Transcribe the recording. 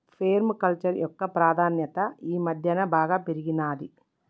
పేర్మ culture యొక్క ప్రాధాన్యత ఈ మధ్యన బాగా పెరిగినాది